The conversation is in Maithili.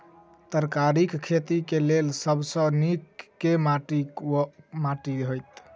तरकारीक खेती केँ लेल सब सऽ नीक केँ माटि वा माटि हेतै?